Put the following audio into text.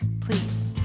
Please